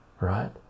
right